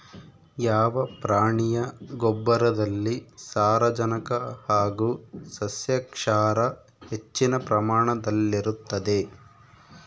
ಯಾವ ಪ್ರಾಣಿಯ ಗೊಬ್ಬರದಲ್ಲಿ ಸಾರಜನಕ ಹಾಗೂ ಸಸ್ಯಕ್ಷಾರ ಹೆಚ್ಚಿನ ಪ್ರಮಾಣದಲ್ಲಿರುತ್ತದೆ?